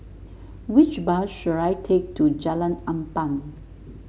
which bus should I take to Jalan Ampang